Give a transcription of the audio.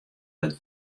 dat